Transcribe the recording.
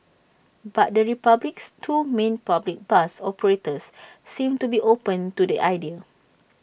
but the republic's two main public bus operators seem to be open to the idea